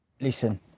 listen